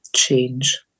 change